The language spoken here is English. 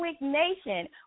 Nation